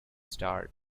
start